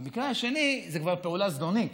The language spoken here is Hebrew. במקרה השני זו כבר פעולה זדונית,